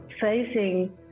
facing